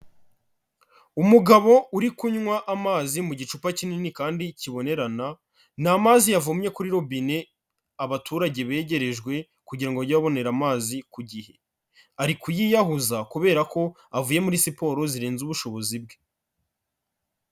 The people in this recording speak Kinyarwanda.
Umugabo uri kunywa amazi mu gicupa kinini kandi kibonerana, ni amazi yavomye kuri robine abaturage begerejwe, kugira ngo ajye babonera amazi ku gihe, ari kuyiyahuza kubera ko avuye muri siporo zirenze ubushobozi bwe.